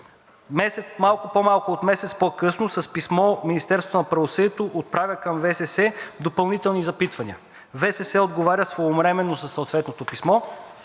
Малко по-малко от месец по-късно с писмо Министерството на правосъдието отправя към ВСС допълнителни запитвания. ВСС отговаря своевременно със съответното писмо